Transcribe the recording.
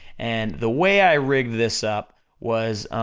and the way i rigged this up was,